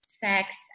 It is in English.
Sex